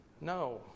no